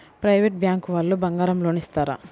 Private bank వాళ్ళు బంగారం loan ఇస్తారా?